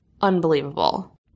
unbelievable